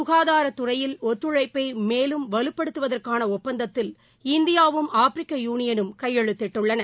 க்காதாரத ்துறையில் ஒத்துழைப்பை மேலும் வலுப்படுத்துவதற்கான ஒப்பந்தத்தில் இந்தியாவும் ஆப்பிரிக்க யூனியனும் கையெழுத்திட்டுள்ளன